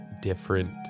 different